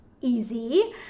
Easy